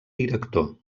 director